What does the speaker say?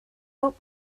old